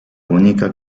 única